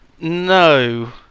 No